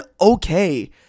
okay